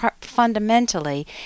fundamentally